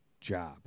job